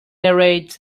narrates